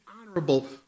honorable